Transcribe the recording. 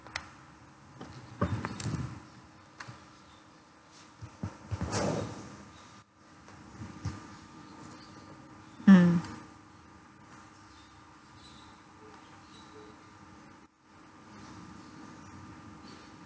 mm